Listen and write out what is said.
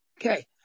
Okay